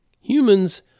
Humans